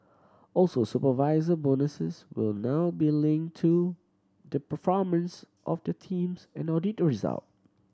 also supervisor bonuses will now be linked to the performance of the teams and audit result